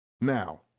Now